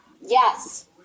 Yes